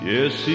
Yes